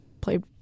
played